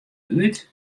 buert